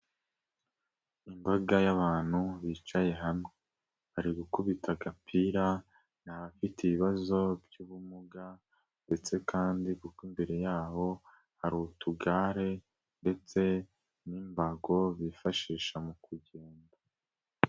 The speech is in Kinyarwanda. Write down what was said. Imbaga y'abantu bicaye hamwe, bari gukubita agapira ni abafite ibibazo by'ubumuga ndetse kandi kuko imbere yaho hari utugare ndetse n'imbago bifashisha mu kugenda.